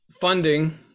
funding